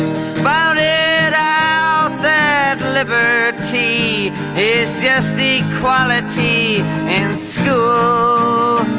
spouted ah out that liberty is just equality in school